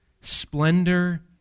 Splendor